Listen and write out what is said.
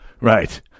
Right